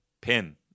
Pin